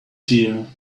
fear